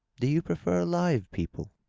do you prefer live people?